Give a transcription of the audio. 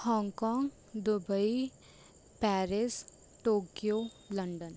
Hong Kong Dubai Paris Tokyo London